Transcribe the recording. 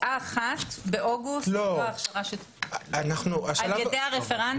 על ידי הרפרנטים?